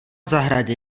zahradě